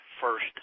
first